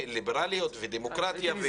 לליברליות ודמוקרטיה וזכויות אדם.